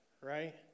right